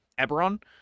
Eberron